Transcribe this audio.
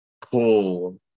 pull